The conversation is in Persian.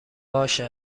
باشه